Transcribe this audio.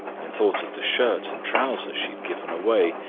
and thought of the shirt and trousers she had given away,